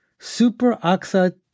superoxide